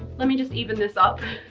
let me just even this up.